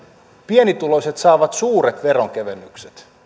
pienituloiset saavat suuret veronkevennykset